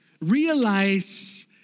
realize